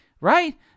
Right